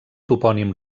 topònim